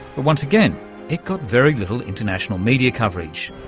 once again it got very little international media coverage.